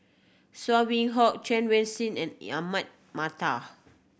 Saw Hock Chen Wen Hsi and Ahmad Mattar